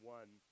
one